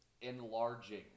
enlarging